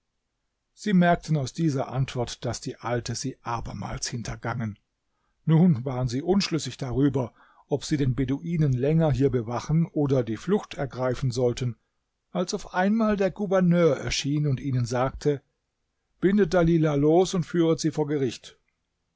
sie merkten aus dieser antwort daß die alte sie abermals hintergangen nun waren sie unschlüssig darüber ob sie den beduinen länger hier bewachen oder die flucht ergreifen sollten als auf einmal der gouverneur erschien und ihnen sagte bindet dalilah los und führet sie vor gericht